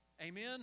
Amen